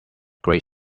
great